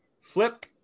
flip